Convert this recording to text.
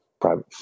private